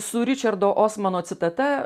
su ričardo osmano citata